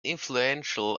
influential